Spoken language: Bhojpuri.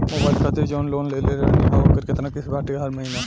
मोबाइल खातिर जाऊन लोन लेले रहनी ह ओकर केतना किश्त बाटे हर महिना?